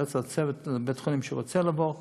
הרס הצוות בבית-החולים שרוצים לעבור אליו.